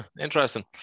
interesting